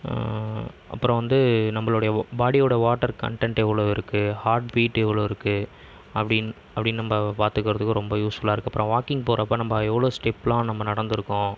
அப்புறம் வந்து நம்மளோடைய பாடியோட வாட்டர் கன்டென்ட் எவ்வளோ இருக்கு ஹார்ட் பீட் எவ்வளோருக்கு அப்படின்னு அப்படின்னு நம்ம பார்த்துக்குறதுக்கும் ரொம்ப யூஸ்ஃபுல்லாயிருக்கு அப்புறம் வாக்கிங் போறப்போ நம்ம எவ்வளோ ஸ்டெபெலாம் நம்ம நடந்திருக்கோம்